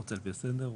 השי.